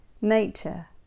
Nature